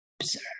observe